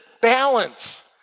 balance